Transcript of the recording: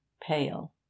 pale